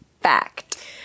fact